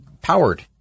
powered